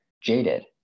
jaded